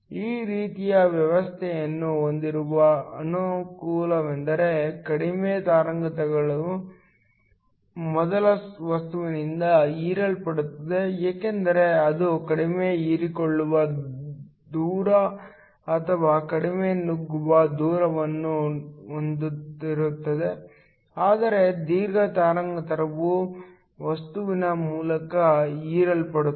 ಈ ರೀತಿಯ ವ್ಯವಸ್ಥೆಯನ್ನು ಹೊಂದಿರುವ ಅನುಕೂಲವೆಂದರೆ ಕಡಿಮೆ ತರಂಗಾಂತರಗಳು ಮೊದಲ ವಸ್ತುವಿನಿಂದ ಹೀರಲ್ಪಡುತ್ತವೆ ಏಕೆಂದರೆ ಅದು ಕಡಿಮೆ ಹೀರಿಕೊಳ್ಳುವ ದೂರ ಅಥವಾ ಕಡಿಮೆ ನುಗ್ಗುವ ದೂರವನ್ನು ಹೊಂದಿರುತ್ತದೆ ಆದರೆ ದೀರ್ಘ ತರಂಗಾಂತರವು ವಸ್ತುವಿನ ಮೂಲಕ ಹೀರಲ್ಪಡುತ್ತದೆ